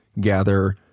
gather